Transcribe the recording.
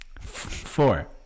Four